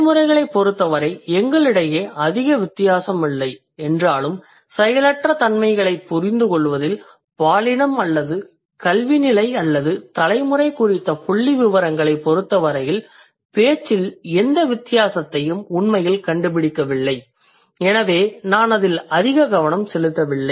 தலைமுறைகளைப் பொருத்தவரை எங்களிடையே அதிக வித்தியாசம் இல்லை என்றாலும் செயலற்ற தன்மைகளைப் புரிந்து கொள்வதில் பாலினம் அல்லது கல்வி நிலை அல்லது தலைமுறை குறித்த புள்ளிவிவரங்களைப் பொறுத்தவரையில் பேச்சில் எந்த வித்தியாசத்தையும் உண்மையில் கண்டுபிடிக்கவில்லை எனவே நான் அதில் அதிக கவனம் செலுத்தவில்லை